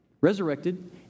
Resurrected